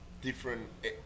different